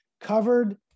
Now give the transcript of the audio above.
covered